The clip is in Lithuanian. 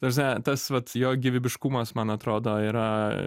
ta prasme tas vat jo gyvybiškumas man atrodo yra